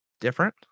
different